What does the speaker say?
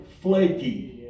flaky